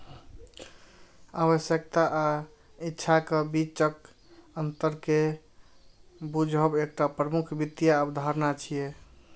आवश्यकता आ इच्छाक बीचक अंतर कें बूझब एकटा प्रमुख वित्तीय अवधारणा छियै